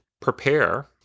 prepare